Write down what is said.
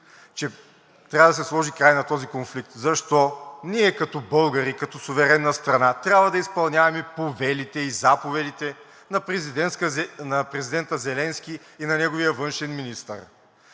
че трябва да се сложи край на този конфликт, защо ние като българи, като суверенна страна трябва да изпълняваме повелите и заповедите на президента Зеленски и на неговия външен министър?!